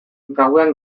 gauean